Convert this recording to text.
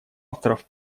авторов